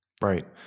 Right